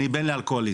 אני בן לאלכוהוליסט,